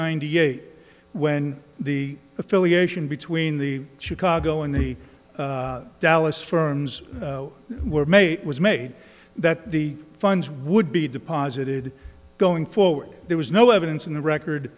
ninety eight when the affiliation between the chicago and the dallas firms were made was made that the funds would be deposited going forward there was no evidence in the record